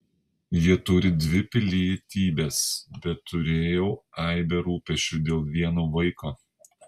jie turi dvi pilietybes bet turėjau aibę rūpesčių dėl vieno vaiko